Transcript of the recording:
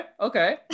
Okay